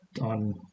on